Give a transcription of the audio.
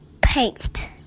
Paint